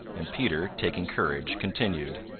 and peter, taking courage, continued.